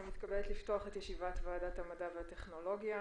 אני מתכבדת לפתוח את ישיבת ועדת המדע והטכנולוגיה.